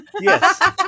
Yes